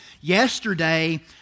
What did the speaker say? Yesterday